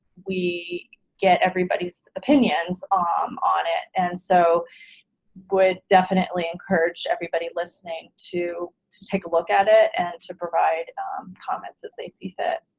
we get everybody's opinions um on and so would definitely encourage everybody listening to to take a look at it and to provide comments as they see fit.